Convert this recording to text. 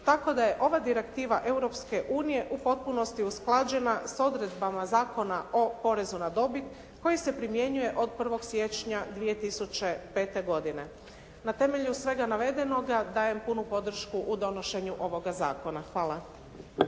Tako da je ova direktiva Europske unije u potpunosti usklađena s odredbama Zakona o porezu na dobit, koji se primjenjuje od 1. siječnja 2005. godine. Na temelju svega navedenoga, dajem punu podršku u donošenju ovoga zakona. Hvala.